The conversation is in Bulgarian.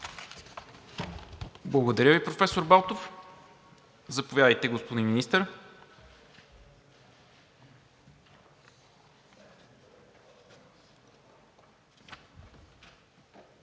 Благодаря Ви, професор Балтов. Заповядайте, господин Министър.